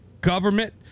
government